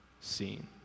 seen